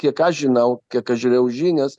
kiek aš žinau kiek aš žiūrėjau žinias